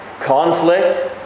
conflict